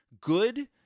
good